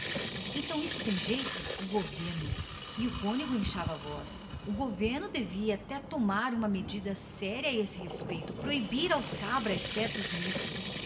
cozinheiras então isto tem jeito o governo e o cônego inchava as palavras o governo devia até tomar uma medida séria a este respeito devia proibir aos cabras certos misteres